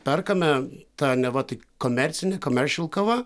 perkame ta neva tai komercinė komeršel kava